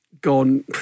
gone